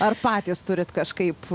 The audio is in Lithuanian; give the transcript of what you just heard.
ar patys turit kažkaip